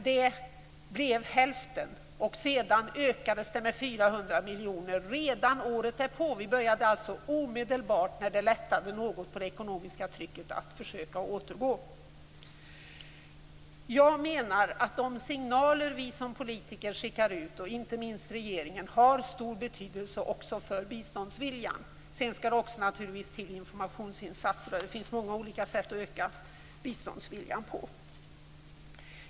Det blev hälften av detta, och sedan ökades biståndet redan året därpå. Vi började alltså när det ekonomiska trycket lättade något omedelbart att försöka återgå. Jag menar att de signaler vi som politiker skickar ut, inte minst från regeringen, har stor betydelse också för biståndsviljan. Det skall naturligtvis också till informationsinsatser. Det finns många olika sätt att öka biståndsviljan.